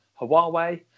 Huawei